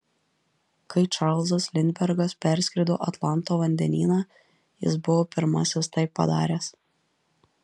kai čarlzas lindbergas perskrido atlanto vandenyną jis buvo pirmasis tai padaręs